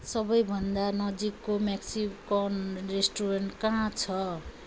सबैभन्दा नजिकको Mexican restaurant कहाँ छ